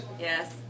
Yes